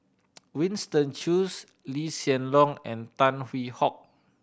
Winston Choos Lee Hsien Loong and Tan Hwee Hock